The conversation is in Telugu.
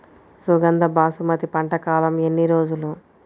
సుగంధ బాసుమతి పంట కాలం ఎన్ని రోజులు?